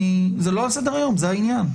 זה העניין.